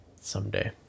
Someday